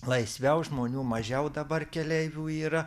laisviau žmonių mažiau dabar keleivių yra